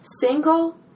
single